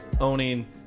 owning